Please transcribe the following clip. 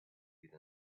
with